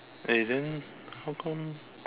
eh then how come